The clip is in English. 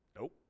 nope